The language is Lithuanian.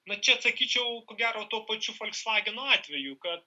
na čia atsakyčiau ko gero tuo pačiu folksvageno atvejų kad